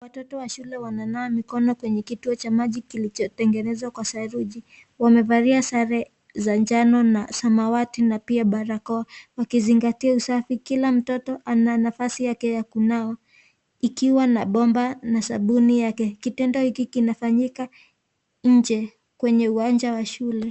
Watoto wa shule wananawa mikono kwenye kituo cha maji kilicho tengeneswa kwa saruji, wamevalia sare, za njano na samawati na pia barakoa, wakizingatia usafi kila mtoto ana nafasi yake ya kunawa, ikiwa na bomba na sabuni yake, kitendo hiki kinafanyika, nje, kwenye uwanja wa shule.